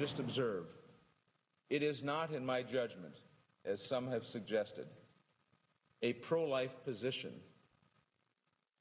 just observe it is not in my judgment as some have suggested a pro life position